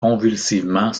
convulsivement